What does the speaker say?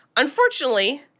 Unfortunately